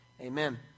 Amen